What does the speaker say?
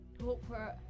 corporate